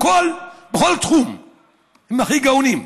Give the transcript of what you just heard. בכל תחום הם הכי גאונים.